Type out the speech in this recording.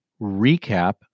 recap